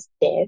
death